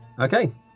okay